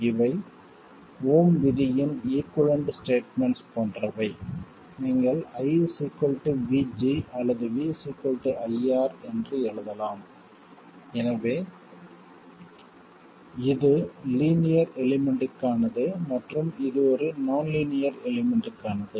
இவை ஓம் விதியின் ஈகுய்வளன்ட் ஸ்டேட்மென்ட்ஸ் போன்றவை நீங்கள் I VG அல்லது V IR என்று எழுதலாம் எனவே இது லீனியர் எலிமெண்ட்க்கானது மற்றும் இது ஒரு நான் லீனியர் எலிமெண்ட்க்கானது